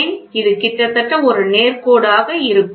ஏன் இது கிட்டத்தட்ட ஒரு நேர் கோடு இருக்கும்